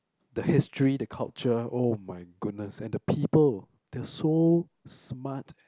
the history the culture oh my goodness and the people they're so smart